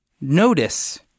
Notice